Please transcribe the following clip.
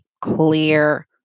clear